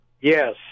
Yes